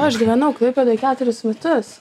aš gyvenau klaipėdoj keturis metus